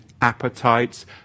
appetites